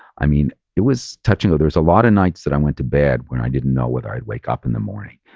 i mean, it was touching. there was a lot of nights that i went to bed when i didn't know whether i'd wake up in the morning.